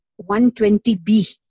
120B